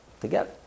Together